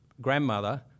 grandmother